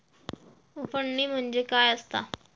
उफणणी म्हणजे काय असतां?